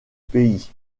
pays